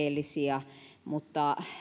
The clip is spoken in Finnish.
ovat tietenkin tarpeellisia mutta